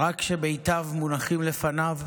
רק כשמתיו מונחים לפניו?